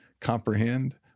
comprehend